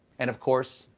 and, of course,